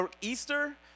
Easter